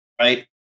right